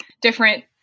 different